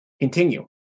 Continue